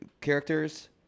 characters